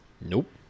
Nope